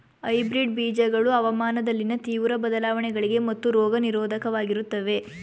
hybrid ಬೀಜಗಳು ಹವಾಮಾನದಲ್ಲಿನ ತೀವ್ರ ಬದಲಾವಣೆಗಳಿಗೆ ಮತ್ತು ರೋಗ ನಿರೋಧಕವಾಗಿರುತ್ತವೆ